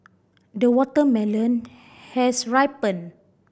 the watermelon has ripened